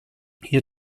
hier